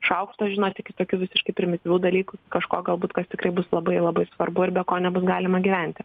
šaukšto žinot iki tokių visiškai primityvių dalykų kažko galbūt kas tikrai bus labai labai svarbu ir be ko nebus galima gyventi